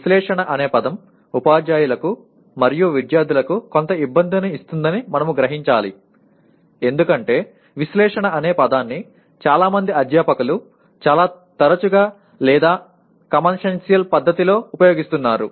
విశ్లేషణ అనే పదం ఉపాధ్యాయులకు మరియు విద్యార్థులకు కొంత ఇబ్బందిని ఇస్తుందని మనము గ్రహించాలి ఎందుకంటే విశ్లేషణ అనే పదాన్ని చాలా మంది అధ్యాపకులు చాలా చరచుగా లేదా కామన్సెన్సియల్ పద్ధతిలో ఉపయోగిస్తున్నారు